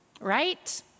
Right